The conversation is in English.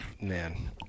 man